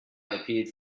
appeared